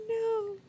no